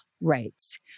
rights